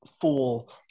full